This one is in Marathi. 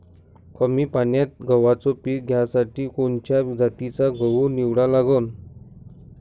कमी पान्यात गव्हाचं पीक घ्यासाठी कोनच्या जातीचा गहू निवडा लागन?